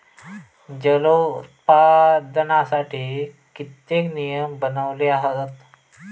जलोत्पादनासाठी कित्येक नियम बनवले हत